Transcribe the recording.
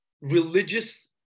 religious